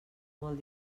molt